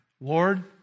Lord